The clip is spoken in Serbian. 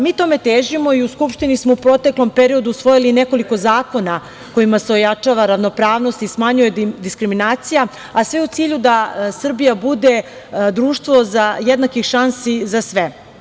Mi tome težimo i u Skupštini smo u proteklom periodu usvojili nekoliko zakona kojima se ojačava ravnopravnost i smanjuje diskriminacija, a sve u cilju da Srbija bude društvo jednakih šansi za sve.